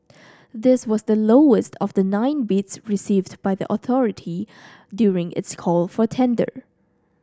this was the lowest of the nine bids received by the authority during its call for tender